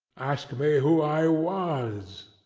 ask me who i was.